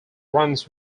runs